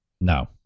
No